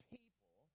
people